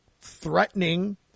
threatening